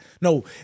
no